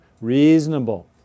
reasonable